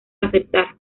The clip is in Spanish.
aceptar